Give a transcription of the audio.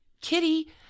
Kitty